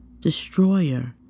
destroyer